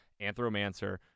anthromancer